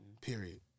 period